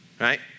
right